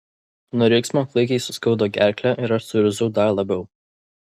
nuo riksmo klaikiai suskaudo gerklę ir aš suirzau dar labiau